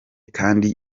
kandi